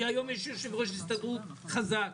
היום יש יושב-ראש הסתדרות חזק.